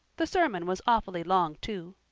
the sermon was awfully long, too.